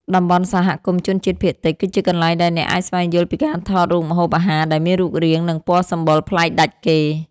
តំបន់សហគមន៍ជនជាតិភាគតិច គឺជាកន្លែងដែលអ្នកអាចស្វែងយល់ពីការថតរូបម្ហូបអាហារដែលមានរូបរាង និងពណ៌សម្បុរប្លែកដាច់គេ។